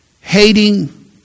Hating